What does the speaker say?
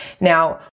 Now